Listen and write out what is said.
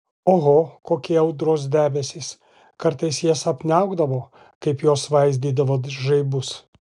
oho kokie audros debesys kartais jas apniaukdavo kaip jos svaidydavo žaibus